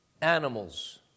Animals